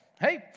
hey